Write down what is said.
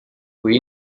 kui